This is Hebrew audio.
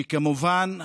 וכמובן,